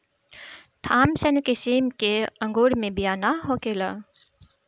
Thompson किसिम के अंगूर मे बिया ना होखेला